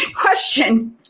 question